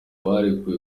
barekuwe